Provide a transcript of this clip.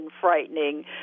frightening